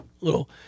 little